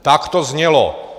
Tak to znělo.